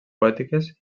poètiques